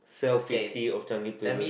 cell fifty of Changi prison